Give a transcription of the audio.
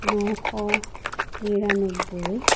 নশ নিৰান্নবৈ